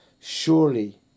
surely